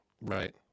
Right